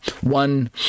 one